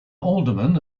alderman